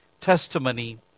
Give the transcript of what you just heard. testimony